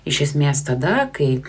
iš esmės tada kai